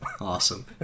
Awesome